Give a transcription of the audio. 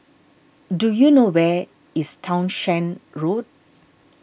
do you know where is Townshend Road